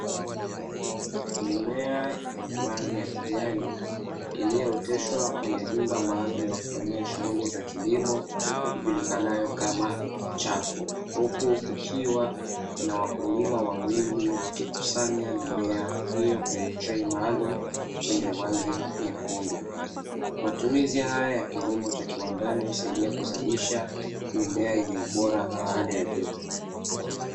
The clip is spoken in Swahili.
Mimea yenye rangi ya kijani iliyooteshwa kwenye nyumba maalumu ya kufanyia shughuli za kilimo ijulikanayo kama chapo huku kukiwa na wakulima wawili wakikusanya mimea hiyo kwenye trei maalumu yenye rangi nyekundu, matumizi haya ya kilimo cha kiwandani hutumika kuzalisha mimea yenye hali ya juu.